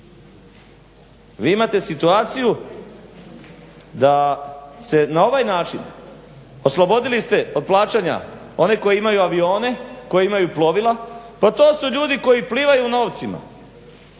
vi imate situaciju da se na ovaj način oslobodili ste od plaćanja one koji imaju avione, koji imaju plovila. Pa to su ljudi koji plivaju u novcima,